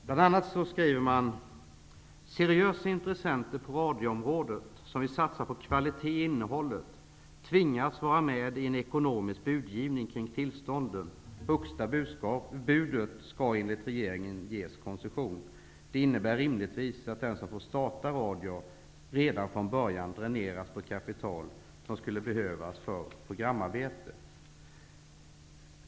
Bl.a. skrev man: Seriösa intressenter på radiområdet som vill satsa på kvalitet i innehållet tvingas vara med i en ekonomisk budgivning kring tillståndet. Högsta budet skall enligt regeringen ges koncession. Det innebär rimligtvis att den som får starta radio redan från början dräneras på kapital som skulle behövas för programarbetet.